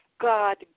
God